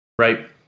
right